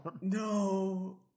No